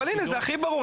אבל הנה, זה הכי ברור.